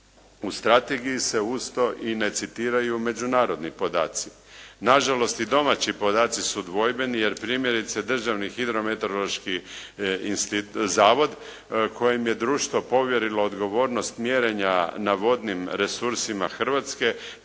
U strategiji se uz to i ne citiraju međunarodni podaci. Na žalost i domaći podaci su dvojbeni jer primjerice Državni hidrometeorološki zavod kojem je društvo povjerilo odgovornost mjerenja na vodim resursima Hrvatske,